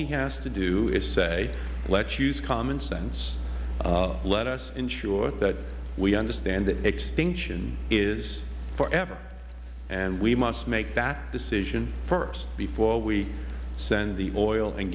he has to do is say let us use common sense let us ensure that we understand that extinction is forever and we must make that decision first before we send the oil and